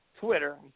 Twitter